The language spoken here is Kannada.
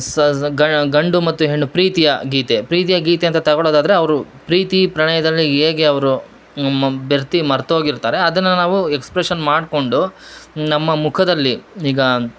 ಸ ಸ ಗಣ್ ಗಂಡು ಮತ್ತು ಹೆಣ್ಣು ಪ್ರೀತಿಯ ಗೀತೆ ಪ್ರೀತಿಯ ಗೀತೆ ಅಂತ ತಗಳೋದಾದರೆ ಅವರು ಪ್ರೀತಿ ಪ್ರಣಯದಲ್ಲಿ ಹೇಗೆ ಅವ್ರು ಬೆರೆತು ಮರ್ತೋಗಿರ್ತಾರೆ ಅದನ್ನ ನಾವು ಎಕ್ಸ್ಪ್ರೆಷನ್ ಮಾಡ್ಕೊಂಡು ನಮ್ಮ ಮುಖದಲ್ಲಿ ಈಗ